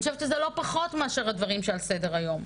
ואני חושבת שזה לא פחות מאשר הדברים שעל סדר היום.